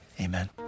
amen